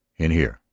in here,